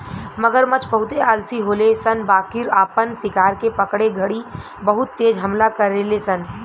मगरमच्छ बहुते आलसी होले सन बाकिर आपन शिकार के पकड़े घड़ी बहुत तेज हमला करेले सन